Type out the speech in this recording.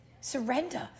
surrender